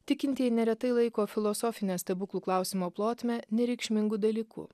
tikintieji neretai laiko filosofinę stebuklų klausimo plotmę nereikšmingu dalyku